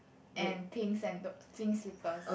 and pink sandal pink slippers